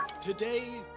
Today